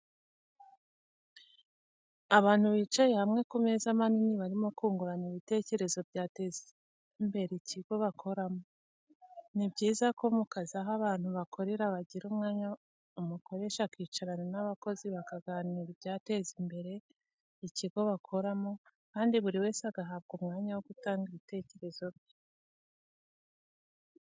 Abantu bicaye hamwe ku meza manini barimo kungurana ibitekerezo byateza imbere ikigo bakoramo. Ni byiza ko mu kazi aho abantu bakorera bagira umwanya umukoresha akicarana n'abakozi bakaganira ibyateza imbere ikigo bakoramo kandi buri wese agahabwa umwanya wo gutanga ibitekerezo bye.